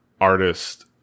artist